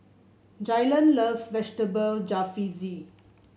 Jaylon loves Vegetable Jalfrezi